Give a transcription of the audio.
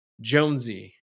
jonesy